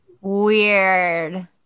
Weird